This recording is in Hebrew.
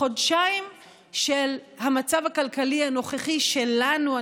חודשיים של המצב הכלכלי הנוכחי שלנו,